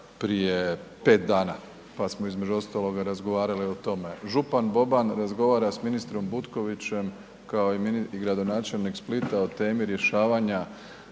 prije 5 dana pa smo između ostaloga razgovarali o tome. Župan Boban razgovara sa ministrom Butkovićem kao i gradonačelnik Splita o temi rješavanja